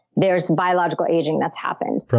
there's biological aging that's happened.